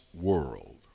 world